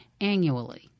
annually